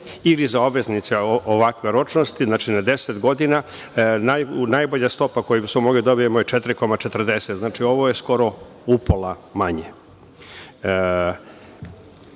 ili za obveznice ovakve ročnosti, znači, na 10 godina najbolja stopa koju smo mogli da dobijemo je 4,40%. Znači, ovo je skoro upola manje. Kao